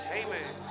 amen